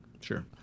sure